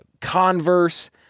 Converse